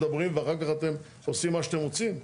מדברים ואחר כך אתם עושים מה שאתם רוצים?